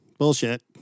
Bullshit